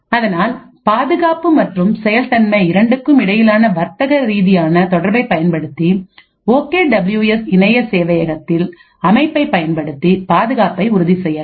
அதனால் பாதுகாப்பு மற்றும் செயல் தன்மை இரண்டுக்கும் இடையிலான வர்த்தகரீதியான தொடர்பை பயன்படுத்தி ஓகே டபிள்யூ எஸ் இணைய சேவையகத்தில் அமைப்பைப் பயன்படுத்தி பாதுகாப்பை உறுதி செய்யலாம்